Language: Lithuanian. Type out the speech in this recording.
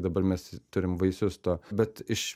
dabar mes turim vaisius to bet iš